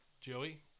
Joey